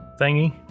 thingy